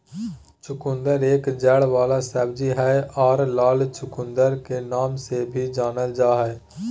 चुकंदर एक जड़ वाला सब्जी हय आर लाल चुकंदर के नाम से भी जानल जा हय